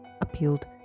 appealed